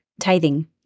tithing